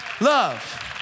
love